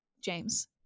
James